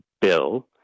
bill